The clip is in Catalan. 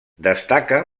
destaca